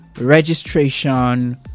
registration